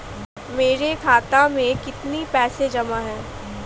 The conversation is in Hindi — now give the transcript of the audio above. मेरे खाता में कितनी पैसे जमा हैं?